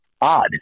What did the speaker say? odd